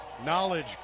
Knowledge